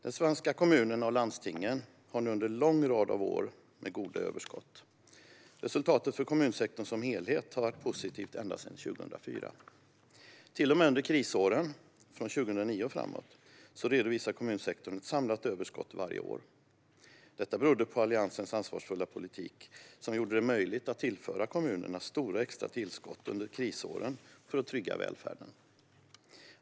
De svenska kommunerna och landstingen har nu haft en lång rad av år med goda överskott. Resultatet för kommunsektorn som helhet har varit positivt ända sedan 2004. Till och med under krisåren från 2009 och framåt redovisade kommunsektorn ett samlat överskott varje år. Detta berodde på Alliansens ansvarsfulla politik, som gjorde det möjligt att tillföra kommunerna stora extra tillskott under krisåren för att trygga välfärden.